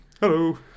Hello